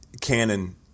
Canon